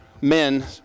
men